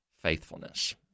faithfulness